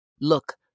Look